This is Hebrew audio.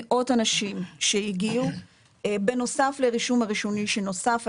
מאות אנשים שהגיעו בנוסף לרישום הראשוני שנוסף,